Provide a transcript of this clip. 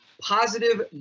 positive